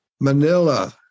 Manila